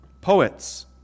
poets